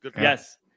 Yes